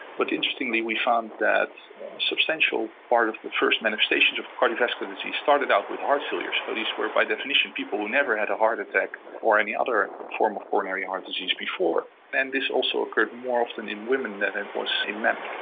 but interestingly we found that a substantial part of the first manifestations of cardiovascular disease started out with heart failure, so these were by definition people who never had a heart attack or any other form of coronary heart disease before. and this also occurred more often in women than it was in men.